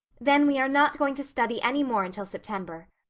then we are not going to study any more until september.